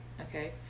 Okay